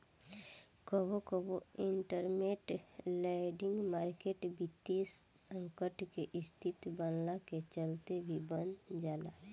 कबो कबो interbank lending market वित्तीय संकट के स्थिति बनला के चलते भी बन जाला